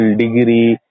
degree